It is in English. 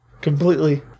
completely